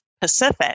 Pacific